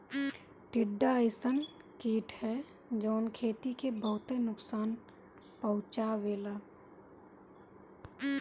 टिड्डा अइसन कीट ह जवन खेती के बहुते नुकसान पहुंचावेला